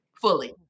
fully